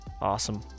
Awesome